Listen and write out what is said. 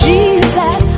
Jesus